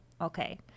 okay